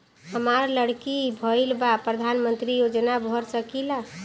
हमार लड़की भईल बा प्रधानमंत्री योजना भर सकीला?